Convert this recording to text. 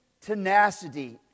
tenacity